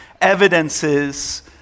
evidences